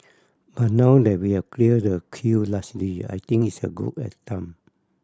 but now that we have cleared the queue largely I think it's as good a time